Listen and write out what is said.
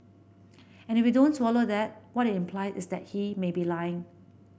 and if we don't swallow that what it implies is that he may be lying